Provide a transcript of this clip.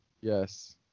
Yes